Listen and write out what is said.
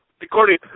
According